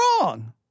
wrong